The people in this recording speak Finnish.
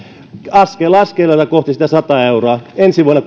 askel askeleelta kohti sitä sataa euroa ensi vuonna